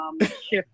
shift